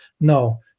no